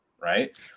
Right